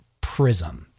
prism